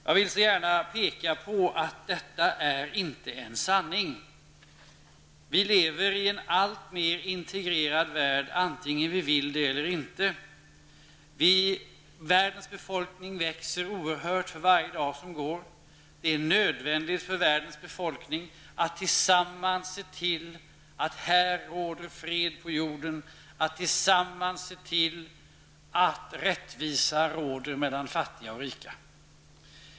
Jag vill gärna peka på att detta inte motsvarar verkligheten. Vi lever i en alltmer integrerad värld, vare sig vi vill det eller inte. Världens befolkning växer oerhört för varje dag som går. Det är nödvändigt för världens människor att tillsammans se till att det råder fred på jorden, att tillsammans se till att rättvisa råder mellan fattiga och rika.